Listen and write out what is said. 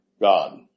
God